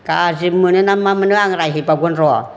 गाज्रि मोनोना मा मोनो आं रायहैबावगोन र'